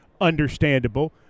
understandable